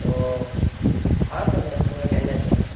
تو ہاں سر میرا پورا اٹینڈینس ہے سر